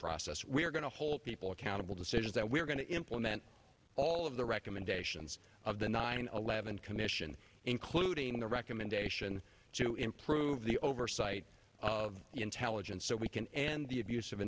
process we're going to hold people accountable decisions that we're going to implement all of the recommendations of the nine eleven commission including the recommendation to improve the oversight of intelligence so we can end the abuse of